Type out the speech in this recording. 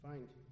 Find